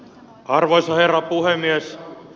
arvoisa herra puhemies